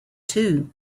two